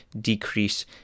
decrease